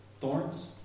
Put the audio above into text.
thorns